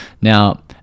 Now